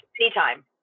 anytime